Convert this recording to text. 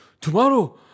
Tomorrow